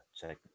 check